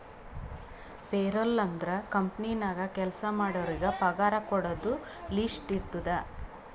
payroll ಅಂದುರ್ company ನಾಗ್ ಕೆಲ್ಸಾ ಮಾಡೋರಿಗ ಪಗಾರ ಕೊಡೋದು ಲಿಸ್ಟ್ ಇರ್ತುದ್